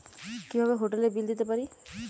কিভাবে হোটেলের বিল দিতে পারি?